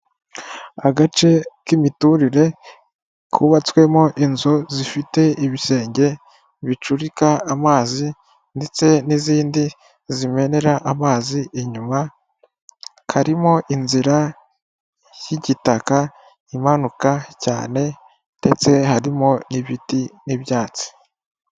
Agace k'imiturire kubatswemo inzu zifite ibisenge bicurika amazi ndetse n'izindi zimenera amazi inyuma, karimo inzira y'igitaka imanuka cyane ndetse harimo n'ibiti n'ibyatsi.